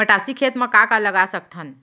मटासी खेत म का का लगा सकथन?